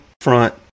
front